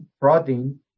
protein